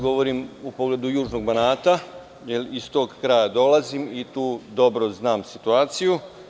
Govorim iz pogleda Južnog Banata, jer odatle dolazim i tu dobro znam situaciju.